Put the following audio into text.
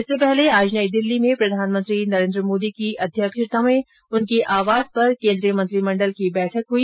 इससे पहले आज नई दिल्ली में प्रधानमंत्री नरेन्द्र मोदी की अध्यक्षता में उनके आवास पर केंद्रीय मंत्रिमंडल की बैठक हुई